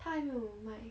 她还没有卖